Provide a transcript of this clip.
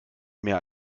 mehr